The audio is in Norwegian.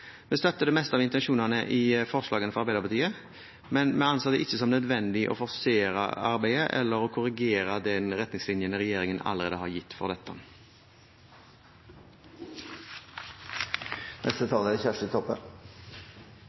Vi støtter det meste av intensjonene i forslagene fra Arbeiderpartiet, men vi anser det ikke som nødvendig å forsere arbeidet eller å korrigere de retningslinjene regjeringen allerede har gitt for dette. Først vil eg seia at det er